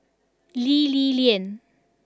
Lee Li Lian